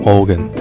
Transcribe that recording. Organ